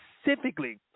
specifically